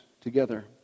together